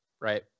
right